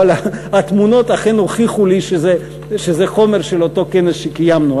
אבל התמונות הוכיחו לי שזה חומר של אותו כנס שקיימנו.